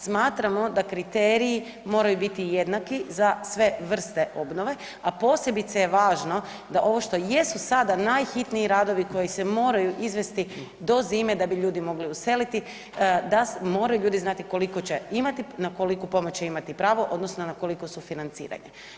Smatramo da kriteriji moraju biti jednaki za sve vrste obnove, a posebice je važno da ovo što jesu sada najhitniji radovi koji se moraju izvesti do zime, da bi ljudi mogli useliti, da moraju ljudi znati koliko će imati, na koliku pomoć će imati pravo, odnosno na koliko sufinanciranje.